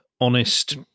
honest